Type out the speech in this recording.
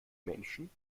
menschen